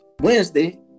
Wednesday